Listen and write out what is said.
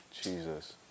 Jesus